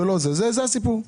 זה הסיפור.